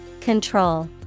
Control